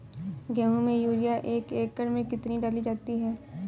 गेहूँ में यूरिया एक एकड़ में कितनी डाली जाती है?